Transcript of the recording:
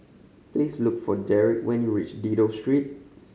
please look for Derick when you reach Dido Street